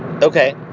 Okay